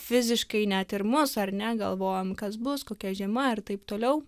fiziškai net ir mus ar ne galvojam kas bus kokia žiema ir taip toliau